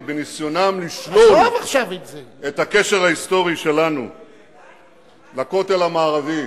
בניסיונם לשלול את הקשר ההיסטורי שלנו לכותל המערבי.